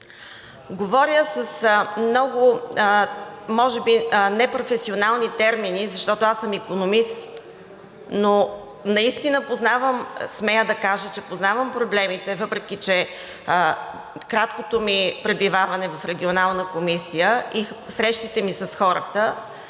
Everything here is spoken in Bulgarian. Говоря с много може би непрофесионални термини, защото аз съм икономист, но наистина познавам – смея да кажа, че познавам проблемите, въпреки краткото ми пребиваване в Регионална комисия и срещите ми с хората,